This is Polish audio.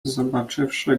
zobaczywszy